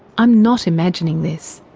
i'm not imagining this.